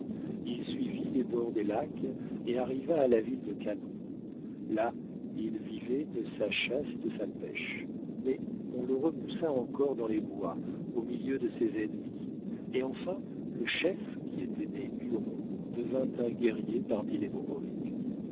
il suivit les bords des lacs et arriva à la ville de canon là il vivait de sa chasse et de sa pêche mais on le repoussa encore dans les bois au milieu de ses ennemis et enfin le chef qui était né huron devint un guerrier parmi les